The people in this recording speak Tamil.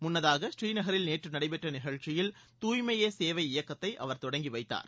முள்ளதாக புரீநகரில் நேற்று நடைபெற்ற நிகழ்ச்சியில் தூய்மையே சேவை இயக்கத்தை அவர் தொடங்கி வைத்தார்